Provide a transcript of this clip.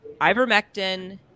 ivermectin